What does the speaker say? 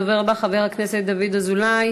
הדובר הבא, חבר הכנסת דוד אזולאי,